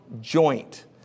joint